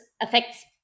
affects